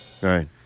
Right